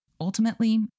Ultimately